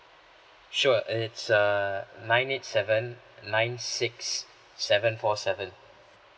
sure it's err nine eight seven nine six seven four seven